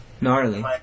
Gnarly